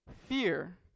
fear